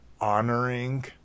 honoring